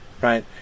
right